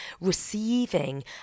receiving